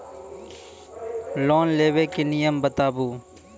Loan लेबे के नियम बताबू?